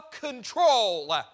control